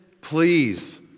please